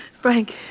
Frank